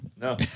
No